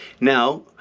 Now